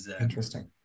Interesting